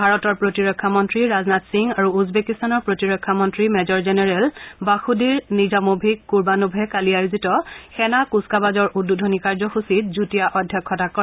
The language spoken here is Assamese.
ভাৰতৰ প্ৰতিৰক্ষা মন্ত্ৰী ৰাজনাথ সিং আৰু উজবেকিস্তানৰ প্ৰতিৰক্ষা মন্ত্ৰী মেজৰ জেনেৰেল বাখোদিৰ নিজামোভিক কুৰ্বানোভে কালি আয়োজিত সেনা কুচকাৱাজৰ উদ্বোধনী কাৰ্যসূচীত যুটীয়া অধ্যক্ষতা কৰে